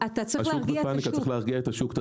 אתה צריך להרגיע את השוק.